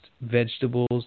vegetables